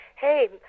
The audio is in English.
Hey